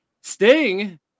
Sting